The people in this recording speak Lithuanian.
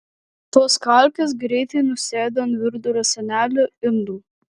tos kalkės greitai nusėda ant virdulio sienelių indų